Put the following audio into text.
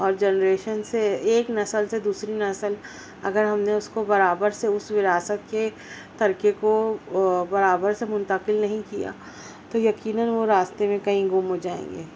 اور جنریشن سے ایک نسل سے دوسری نسل اگر ہم نے اس کو برابر سے اس وراثت کے ترکیب کو برابر سے منتقل نہیں کیا تو یقیناً وہ راستے میں کہیں گم ہو جائیں گے